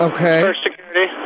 Okay